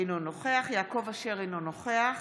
אינו נוכח יעקב אשר, אינו נוכח